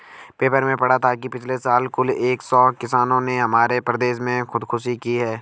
paper में पढ़ा था कि पिछले साल कुल एक सौ किसानों ने हमारे प्रदेश में खुदकुशी की